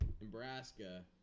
Nebraska